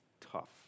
tough